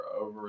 over